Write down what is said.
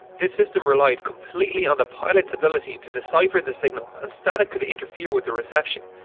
this system relied completely on the pilots ability to decipher the signal and static could interfere with the reception.